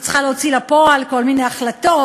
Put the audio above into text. היא צריכה להוציא לפועל כל מיני החלטות,